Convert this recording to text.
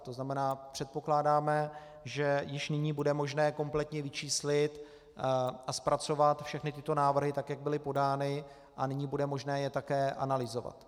To znamená, předpokládáme, že již nyní bude možné kompletně vyčíslit a zpracovat všechny tyto návrhy, tak jak byly podány, a nyní bude možné je také analyzovat.